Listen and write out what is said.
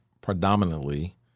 predominantly